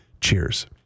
cheers